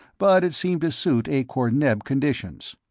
but it seemed to suit akor-neb conditions.